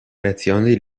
creazione